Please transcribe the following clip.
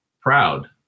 proud